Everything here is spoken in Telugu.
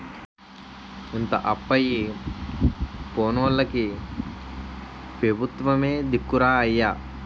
ఇంత అప్పయి పోనోల్లకి పెబుత్వమే దిక్కురా అయ్యా